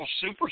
super